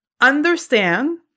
understand